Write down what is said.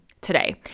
today